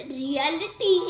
reality